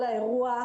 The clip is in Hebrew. כל האירוח,